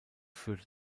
führte